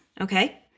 Okay